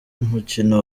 umukino